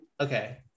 okay